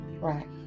Right